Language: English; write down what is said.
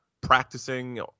practicing